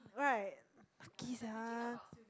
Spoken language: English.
right lucky sia